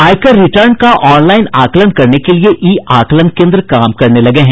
आयकर रिटर्न का ऑनलाईन आकलन करने के लिए ई आकलन केन्द्र काम करने लगे हैं